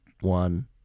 one